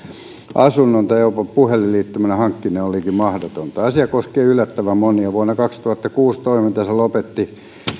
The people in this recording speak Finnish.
asunnon tai jopa puhelinliittymän hankkiminen olikin mahdotonta asia koskee yllättävän monia vuonna kaksituhattakuusi toimintansa lopetti